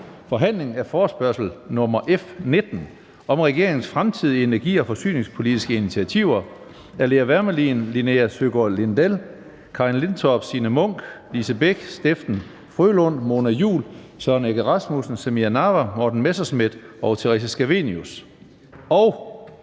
kan ministeren oplyse om regeringens fremtidige energi- og forsyningspolitiske initiativer